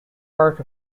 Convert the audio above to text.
part